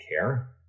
care